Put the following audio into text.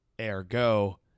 Ergo